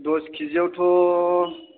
दस केजिआवथ'